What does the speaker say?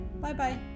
Bye-bye